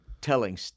telling